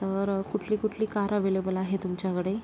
तर कुठली कुठली कार अव्हेलेबल आहे तुमच्याकडे